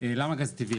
למה גז טבעי?